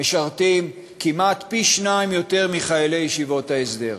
משרתים כמעט פי-שניים מחיילי ישיבות ההסדר,